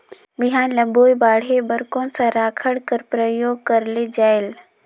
बिहान ल बोये बाढे बर कोन सा राखड कर प्रयोग करले जायेल?